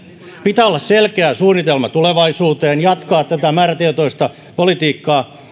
pitää olla selkeä suunnitelma tulevaisuuteen jatkaa tätä määrätietoista politiikkaa